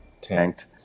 tanked